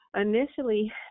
initially